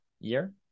year